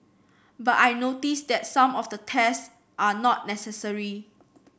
but I notice that some of the tests are not necessary